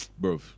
Bro